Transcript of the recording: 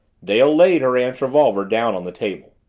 dale laid her aunt's revolver down on the table.